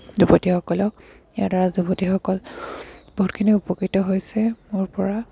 যুৱতীসকলক ইয়াৰ দ্বাৰা যুৱতীসকল বহুতখিনি উপকৃত হৈছে মোৰ পৰা